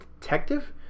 Detective